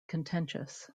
contentious